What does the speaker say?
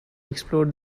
explore